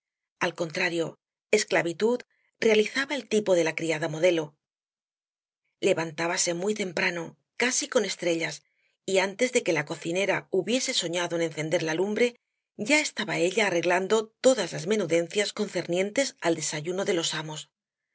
al contrario esclavitud realizaba el tipo de la criada modelo levantábase muy temprano casi con estrellas y antes de que la cocinera hubiese soñado en encender la lumbre ya estaba ella arreglando todas las menudencias concernientes al desayuno de los amos